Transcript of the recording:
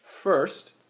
First